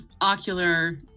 ocular